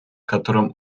котором